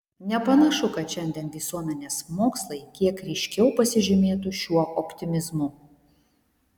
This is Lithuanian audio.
nepanašu kad šiandien visuomenės mokslai kiek ryškiau pasižymėtų šiuo optimizmu